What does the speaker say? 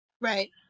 Right